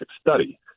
study